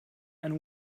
and